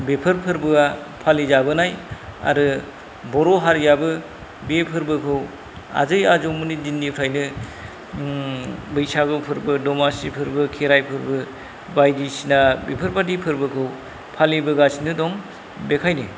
बेफोर फोरबोआ फालिजाबोनाय आरो बर' हारियाबो बे फोरबोखौ आजै आजौमोननि दिननिफ्रायनो बैसागु फोरबो दमासि फोरबो खेराइ फोरबो बायदिसिना बेफोरबायदि फोरबोखौ फालिबोगासिनो दं बेखायनो